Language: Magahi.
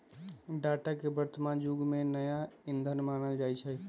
डाटा के वर्तमान जुग के नया ईंधन मानल जाई छै